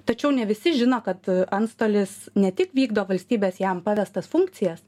tačiau ne visi žino kad antstolis ne tik vykdo valstybės jam pavestas funkcijas